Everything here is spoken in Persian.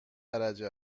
درجه